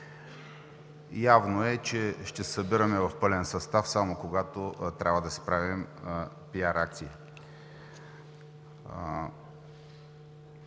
явно е, че се събираме в пълен състав само когато трябва да си правим пиар акции.